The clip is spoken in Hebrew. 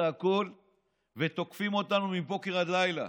הכול והיו תוקפים אותנו מבוקר עד לילה,